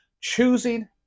choosing